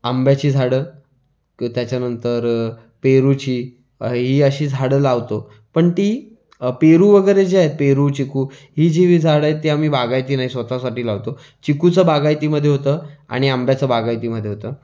आंब्याची झाडं क् त्याच्यानंतर पेरूची ही अशी झाडं लावतो पण ती पेरू वगैरे जे आहेत पेरू चिक्कू ही जी झाडं आहेत ती आम्ही बागायती नाही स्वतःसाठी लावतो चिक्कूचं बागायतीमध्ये होतं आणि आंब्याचं बागायतीमध्ये होतं